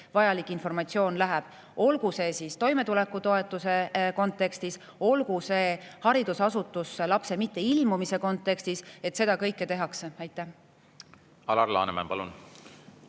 vajalik informatsioon välja läheb, olgu see siis toimetuleku toetuse kontekstis, olgu see haridusasutusse lapse mitteilmumise kontekstis. Seda kõike tehakse. Aitäh küsimuse